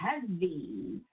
heavy